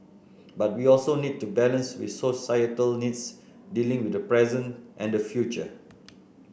but we also need to balance with societal needs dealing with the present and the future